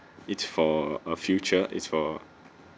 it's for a future is for